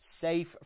safe